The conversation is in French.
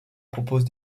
proposent